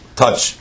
touch